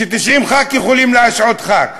ש-90 חברי כנסת יכולים להשעות חבר כנסת.